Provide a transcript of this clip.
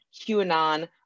QAnon